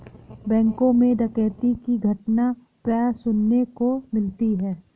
बैंकों मैं डकैती की घटना प्राय सुनने को मिलती है